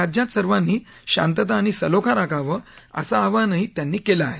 राज्यात सर्वांनी शांतता आणि सलोखा राखावा असं आवाहनही त्यांनी केलं आहे